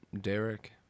Derek